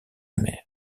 mère